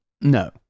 No